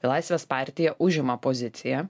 laisvės partija užima poziciją